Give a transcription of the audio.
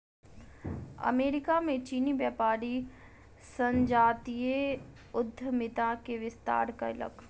America में चीनी व्यापारी संजातीय उद्यमिता के विस्तार कयलक